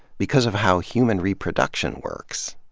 because of how human reproduction works.